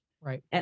Right